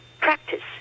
practice